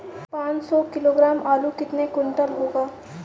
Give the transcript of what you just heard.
पाँच सौ किलोग्राम आलू कितने क्विंटल होगा?